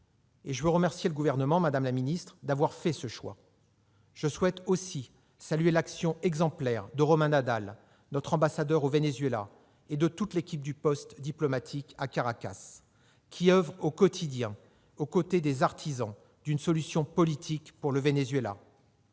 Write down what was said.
Je veux remercier le Gouvernement, madame la secrétaire d'État, d'avoir fait ce choix. Je souhaite aussi saluer l'action exemplaire de Romain Nadal, notre ambassadeur au Venezuela, et de toute l'équipe du poste diplomatique à Caracas, qui oeuvre au quotidien aux côtés des artisans d'une solution politique pour le Venezuela.